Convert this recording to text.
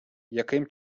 яким